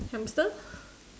hamster